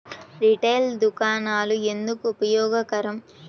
Retail దుకాణాలు ఎందుకు ఉపయోగకరం?